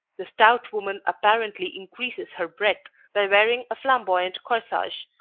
the stout woman apparently increases her breadth by wearing a flamboyant corsage,